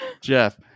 Jeff